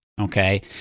Okay